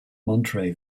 monterey